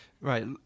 Right